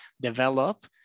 develop